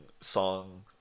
song